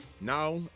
now